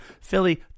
Philly